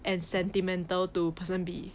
and sentimental to person B